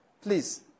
Please